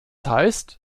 heißt